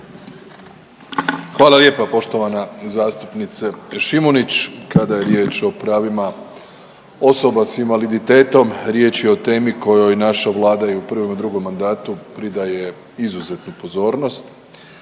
Hvala lijepa poštovana zastupnice Šimunić, kada je riječ o pravima osoba s invaliditetom riječ je o temi kojoj naša vlada i u prvom i u drugom mandatu pridaje izuzetnu pozornost.